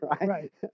right